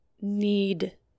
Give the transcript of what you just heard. need